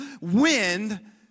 wind